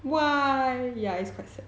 why ya it's quite sad lah